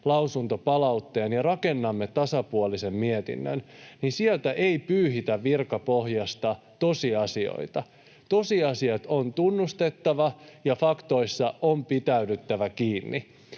lausuntopalautteen ja rakennamme tasapuolisen mietinnön, niin sieltä ei pyyhitä virkapohjasta tosiasioita. Tosiasiat on tunnustettava, ja faktoissa on pitäydyttävä kiinni.